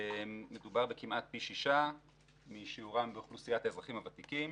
מדובר בכמעט פי שישה משיעורם באוכלוסיית האזרחים הוותיקים.